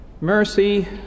mercy